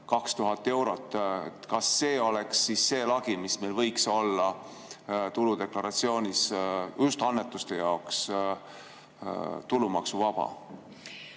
1800–2000 eurot. Kas see oleks see lagi, mis meil võiks olla tuludeklaratsioonis just annetuste jaoks tulumaksuvaba?